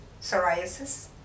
psoriasis